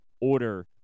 order